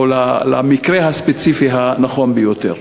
או למקרה הספציפי הנכון ביותר,